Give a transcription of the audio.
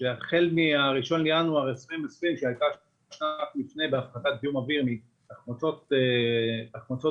שהחל מה-1 לינואר 2020 -- הפחתת זיהום אוויר מתחמוצות גופרית,